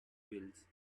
wales